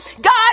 God